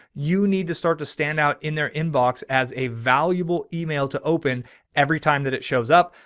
you need to start to stand out in their inbox as a valuable email, to open every time that it shows up.